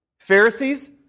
Pharisees